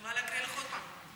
יכולה להקריא לך עוד פעם.